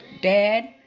dad